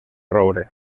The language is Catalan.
roure